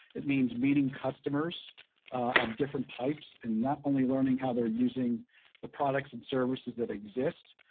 it means meeting customers of different types and not only learning how they're using the products and services that exist,